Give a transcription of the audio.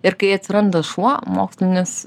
ir kai atsiranda šuo mokslinis